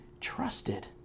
trusted